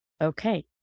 Okay